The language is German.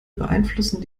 beeinflussen